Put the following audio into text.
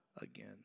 again